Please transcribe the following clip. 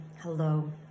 hello